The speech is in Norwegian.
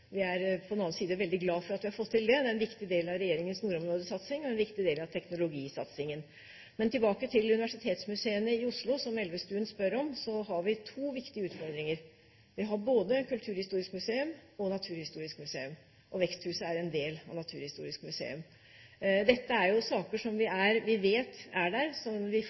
Vi er på den annen side veldig glad for at vi har fått til det, det er en viktig del av regjeringens nordområdesatsing og en viktig del av teknologisatsingen. Men tilbake til universitetsmuseene i Oslo, som Elvestuen spør om. Der har vi to viktige utfordringer. Vi har både Kulturhistorisk museum og Naturhistorisk museum, og veksthuset er en del av Naturhistorisk museum. Dette er jo saker som vi vet er der, så vi